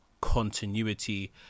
continuity